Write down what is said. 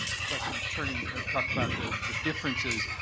professor decherney talked about the the differences.